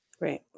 Right